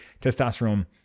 testosterone